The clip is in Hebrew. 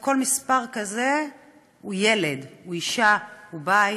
וכל מספר כזה הוא ילד, הוא אישה, הוא בית,